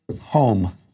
home